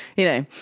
you know.